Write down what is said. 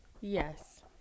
yes